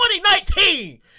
2019